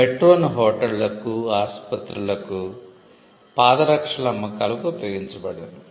మెట్రోను హోటళ్ళకు ఆసుపత్రులకు మెట్రో పాదరక్షల అమ్మకాలకు ఉపయోగించబడింది